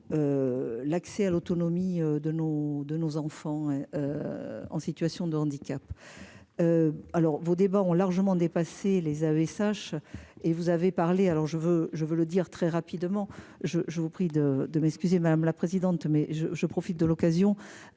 L'accès à l'autonomie de nos, de nos enfants. En situation de handicap. Alors vos débats ont largement dépassé les AESH. Et vous avez parlé alors je veux je veux le dire très rapidement je je vous prie de de m'excuser. Madame la présidente. Mais je, je profite de l'occasion.